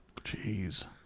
Jeez